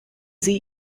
sie